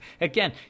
Again